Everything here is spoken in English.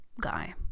guy